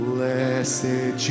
Blessed